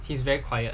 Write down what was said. he's very quiet